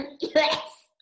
Yes